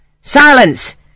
Silence